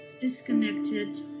disconnected